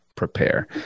prepare